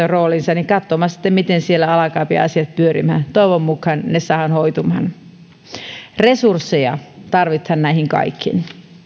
roolinsa ja katsomme sitten miten siellä alkavat asiat pyörimään toivon mukaan ne saadaan hoitumaan resursseja tarvitaan näihin kaikkiin